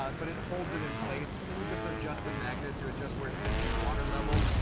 but it holds it in place, and then you just adjust the magnets, you adjust where it sits in the water level.